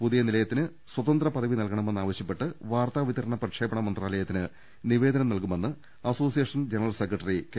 പുതിയ നിലയത്തിന് സ്വതന്ത്ര പദവി നൽകണമെന്ന് ആവ ശ്യപ്പെട്ട് വാർത്താവിതരണ പ്രക്ഷേപണത്തിന് നിവേദനം നൽകു മെന്ന് അസോസിയേഷൻ ജനറൽ സെക്രട്ടറി കെ